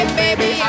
baby